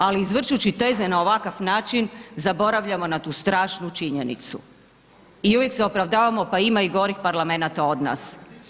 Ali izvrćući teze na ovakav način zaboravljamo na tu strašnu činjenicu i uvijek se opravdavamo pa ima i gorih parlamenata od nas.